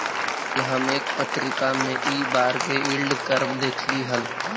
कल हम एक पत्रिका में इ बार के यील्ड कर्व देखली हल